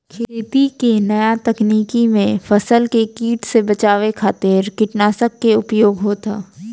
खेती के नया तकनीकी में फसल के कीट से बचावे खातिर कीटनाशक के उपयोग होत ह